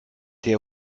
der